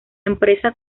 empresa